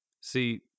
See